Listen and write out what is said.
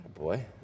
Boy